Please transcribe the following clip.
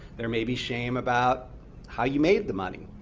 there may be shame about how you made the money.